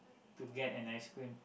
to get an ice cream